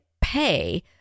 pay